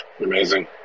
Amazing